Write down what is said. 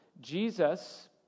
Jesus